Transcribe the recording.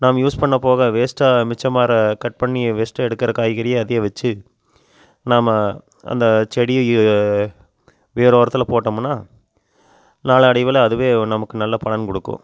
நாம் யூஸ் பண்ணிண போக வேஸ்ட்டாக மிச்சமாகுற கட் பண்ணி வேஸ்ட்டாக எடுக்கிற காய்கறியை அதையே வச்சி நாம் அந்த செடியை ஏ வேறு உரத்தில் போட்டோமுன்னால் நாள் அடைவில் அதுவே நமக்கு நல்ல பலன் கொடுக்கும்